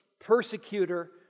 persecutor